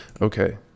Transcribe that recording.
Okay